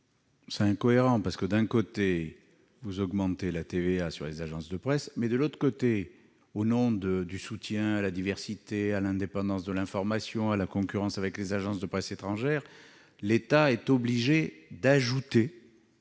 Quelle incohérence ! D'un côté, vous augmentez la TVA sur les agences de presse, et, de l'autre, au nom du soutien à la diversité, de l'indépendance de l'information et face à la concurrence avec les agences de presse étrangère, l'État est obligé d'accorder